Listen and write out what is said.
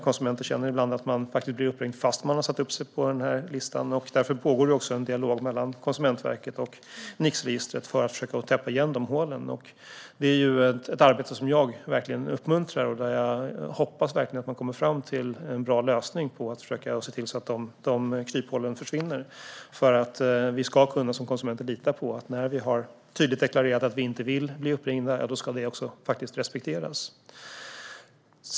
Konsumenter blir ibland uppringda trots att de satt upp sig på listan. Därför pågår en dialog mellan Konsumentverket och Nixregistret för att försöka täppa igen de hålen. Det är ett arbete som jag verkligen uppmuntrar. Jag hoppas verkligen att de kommer fram till en bra lösning så att kryphålen försvinner, för vi ska som konsumenter kunna lita på att när vi tydligt har deklarerat att vi inte vill bli uppringda ska det faktiskt respekteras.